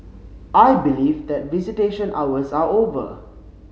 I believe that visitation hours are over